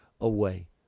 away